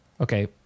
Okay